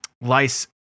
lice